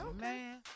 man